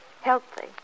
healthy